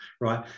right